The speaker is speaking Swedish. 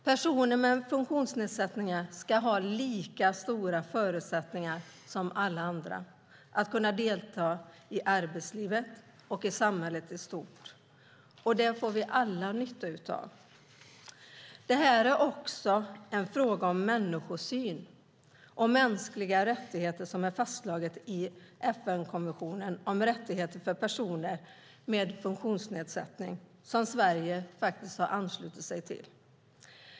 Personer med funktionsnedsättning ska ha lika stora förutsättningar som alla andra att kunna delta i arbetslivet och i samhället i stort. Det får vi alla nytta av. Det här är också en fråga om människosyn och mänskliga rättigheter som är fastslagen i FN:s konvention om rättigheter för personer med funktionsnedsättning, som Sverige har anslutit sig till.